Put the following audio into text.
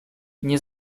nie